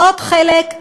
עוד חלק,